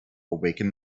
awaken